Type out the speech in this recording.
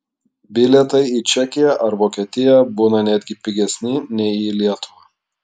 bilietai į čekiją ar vokietiją būna netgi pigesni nei į lietuvą